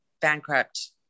bankrupt